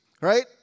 right